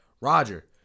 Roger